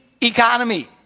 economy